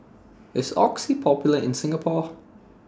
IS Oxy Popular in Singapore